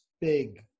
big